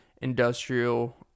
industrial